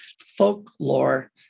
folklore